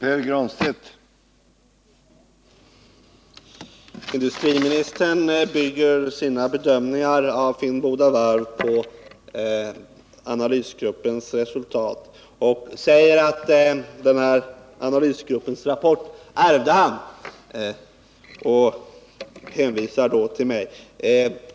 Herr talman! Industriministern bygger sina bedömningar av Finnboda varv på analysgruppens resultat och säger att han ärvde analysgruppens rapport. Han hävisar då till mig.